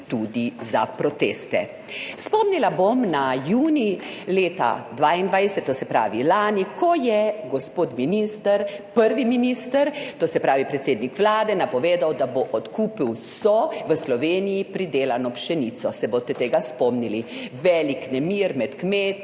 tudi za proteste. Spomnila bom na junij leta 2022, to se pravi lani, ko je gospod minister, prvi minister, to se pravi predsednik Vlade, napovedal, da bo odkupil vso v Sloveniji pridelano pšenico. Tega se boste spomnili, velik nemir je bil